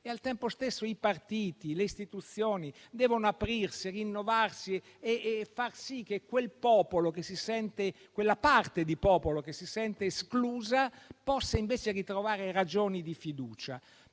Al tempo stesso i partiti, le istituzioni devono aprirsi, rinnovarsi e far sì che quella parte di popolo che si sente esclusa possa invece ritrovare le ragioni di fiducia.